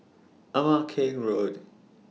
Ama Keng Road